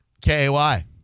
K-A-Y